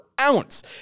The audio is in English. ounce